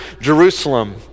Jerusalem